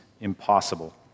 impossible